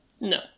No